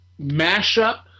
mashup